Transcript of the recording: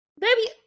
baby